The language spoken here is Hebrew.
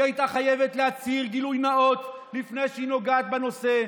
היא הייתה חייבת להצהיר גילוי נאות לפני שהיא נוגעת בנושא,